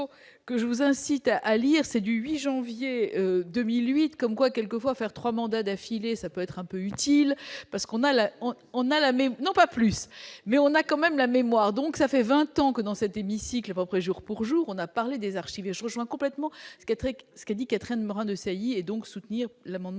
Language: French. que je vous incite à lire, c'est du 8 janvier 2008 comme quoi quelquefois faire 3 mandats d'affilée, ça peut être. Un peu utile parce qu'on a là, on a la même non pas plus mais on a quand même la mémoire, donc ça fait 20 ans que dans cet hémicycle, jour pour jour, on a parlé des archives et je rejoins complètement ce qui est très ce que dit Catherine Morin- Desailly et donc soutenir l'amendement